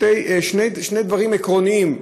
היו שני דברים עקרוניים,